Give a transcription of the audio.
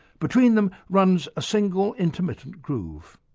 between them runs a single intermittent groove.